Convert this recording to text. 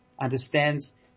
understands